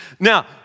Now